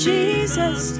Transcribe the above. Jesus